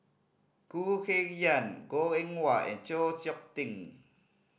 Khoo Kay Hian Goh Eng Wah and Chng Seok Tin